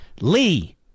Lee